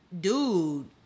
dude